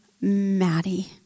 Maddie